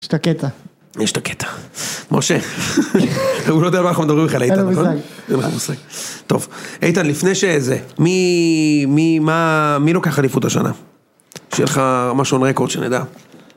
יש את הקטע. יש את הקטע. משה, הוא לא יודע למה אנחנו מדברים איתך על איתן, נכון? טוב, איתן, לפני שזה, מי, מי, מה, מי לוקח חליפות השנה? שיהיה לך משהו על רקורד שנדע.